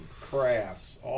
crafts